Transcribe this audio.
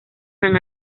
san